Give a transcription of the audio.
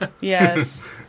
yes